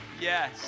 Yes